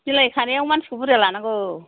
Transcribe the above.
बिलाइ खानायाव मानसिखौ बुरजा लानांगौ